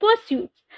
pursuits